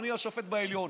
אדוני השופט בעליון,